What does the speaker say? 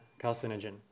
carcinogen